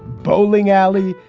bowling alley,